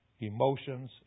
emotions